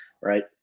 right